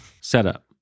setup